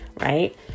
right